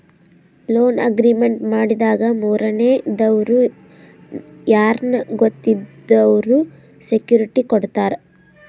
loan agreement ಮಾಡಾಗ ಮೂರನೇ ದವ್ರು ಯಾರ್ನ ಗೊತ್ತಿದ್ದವ್ರು ಸೆಕ್ಯೂರಿಟಿ ಕೊಡ್ತಾರ